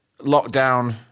lockdown